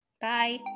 Bye